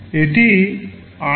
এটি r15 বা program counter